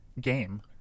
game